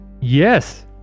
Yes